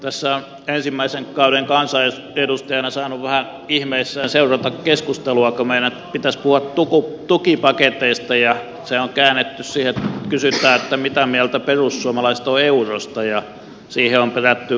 tässä on ensimmäisen kauden kansanedustajana saanut vähän ihmeissään seurata keskustelua kun meidän pitäisi puhua tukipaketeista ja se on käännetty siihen että kysytään mitä mieltä perussuomalaiset ovat eurosta ja siihen on perätty vastausta